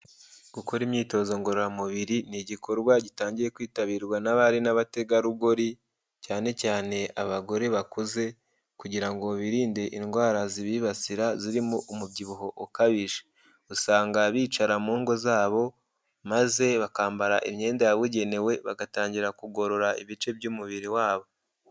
Gukora imyitozo ngororamubiri ni igikorwa gitangiye kwitabirwa n'abari n'abategarugori, cyane cyane abagore bakuze kugira ngo birinde indwara zibibasira zirimo umubyibuho ukabije. Usanga bicara mu ngo zabo maze bakambara imyenda yabugenewe, bagatangira kugorora ibice by'umubiri wabo.